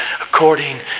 according